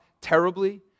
terribly